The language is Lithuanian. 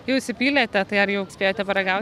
jau įsipylėte tai ar jau spėjote paragaut